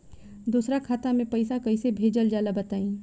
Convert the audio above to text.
दोसरा खाता में पईसा कइसे भेजल जाला बताई?